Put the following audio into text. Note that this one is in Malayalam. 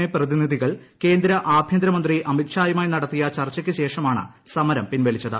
എ പ്രതിനിധികൾ കേന്ദ്ര ആഭ്യന്തര മന്ത്രി അമിത് ഷാ യുമായി നടത്തിയ ചർച്ചയ്ക്ക് ശേഷമാണ് സമരം പിൻവലിച്ചത്